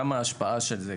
עד כמה השפעה של זה.